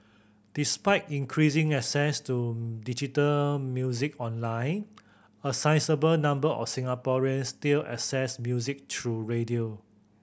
despite increasing access to digital music online a sizeable number of Singaporeans still access music through radio